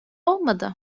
olmadı